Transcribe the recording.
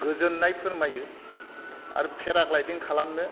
गोजोननाय फोरमायो आरो फेराग्लायदिं खालामनो